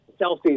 selfies